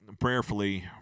prayerfully